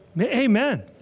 Amen